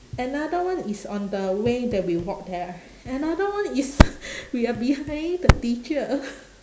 another one is on the way that we walk there another one is we are behind the teacher